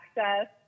access